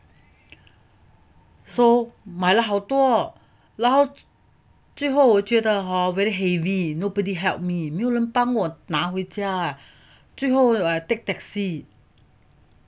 so 买了好多然后最后我觉得 very heavy nobody help me 没有人帮我拿回家最后 like take taxi